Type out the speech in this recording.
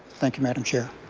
thank you, madam chair.